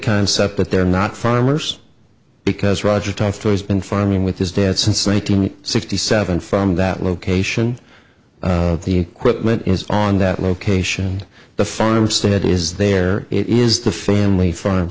concept that they're not farmers because roger talked to has been farming with his dad since one nine hundred sixty seven from that location the equipment is on that location the farm stand is there it is the family farm